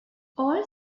all